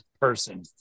person